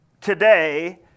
today